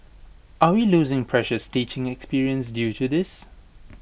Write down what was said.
are we losing precious teaching experience due to this